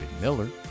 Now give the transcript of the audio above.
Miller